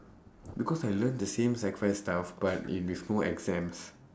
because I learn the same sec five stuff but in with more exams